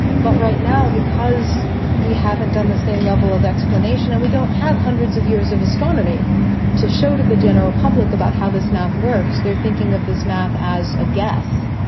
but right now, because we haven't done the same level of explanation and we don't have hundreds of years of astronomy to show to the general public about how this math works, they're thinking of this math as a guess,